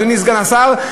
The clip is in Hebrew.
אדוני סגן השר,